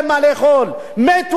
לא קיבלו טיפול רפואי.